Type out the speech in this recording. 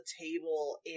table